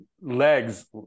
legs